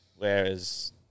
Whereas